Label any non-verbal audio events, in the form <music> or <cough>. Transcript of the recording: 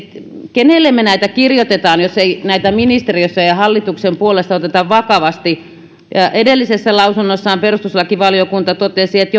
kenelle me näitä kirjoitamme jos ei näitä ministeriössä ja hallituksen puolesta oteta vakavasti ja ja kun edellisessä lausunnossaan perustuslakivaliokunta totesi että <unintelligible>